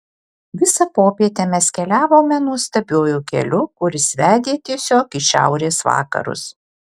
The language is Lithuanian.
visą popietę mes keliavome nuostabiuoju keliu kuris vedė tiesiog į šiaurės vakarus